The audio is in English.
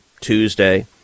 Tuesday